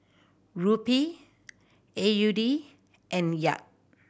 Rupee A U D and Kyat